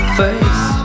face